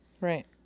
Right